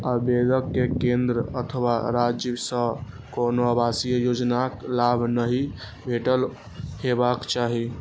आवेदक कें केंद्र अथवा राज्य सं कोनो आवासीय योजनाक लाभ नहि भेटल हेबाक चाही